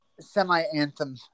semi-anthem